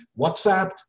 WhatsApp